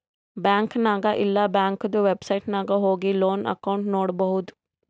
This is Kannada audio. ಬ್ಯಾಂಕ್ ನಾಗ್ ಇಲ್ಲಾ ಬ್ಯಾಂಕ್ದು ವೆಬ್ಸೈಟ್ ನಾಗ್ ಹೋಗಿ ಲೋನ್ ಅಕೌಂಟ್ ನೋಡ್ಬೋದು